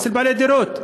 אצל בעלי דירות,